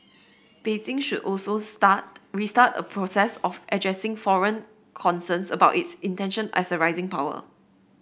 Beijing should also star restart a process of addressing foreign concerns about its intention as a rising power